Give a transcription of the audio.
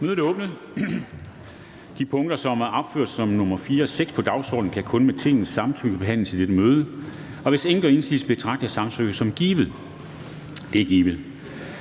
Kristensen): De punkter, som er opført som nr. 4 og 6 på dagsordenen, kan kun med Tingets samtykke behandles i dette møde. Hvis ingen gør indsigelse, betragter jeg samtykket som givet. Det er givet.